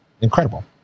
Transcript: incredible